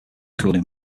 cooling